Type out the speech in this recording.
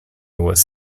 was